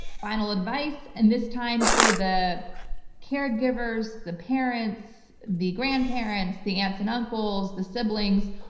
final advice, and this time for the caregivers, the parents, the grandparents, the aunts and uncles, the siblings.